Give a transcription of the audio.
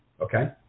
okay